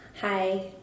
Hi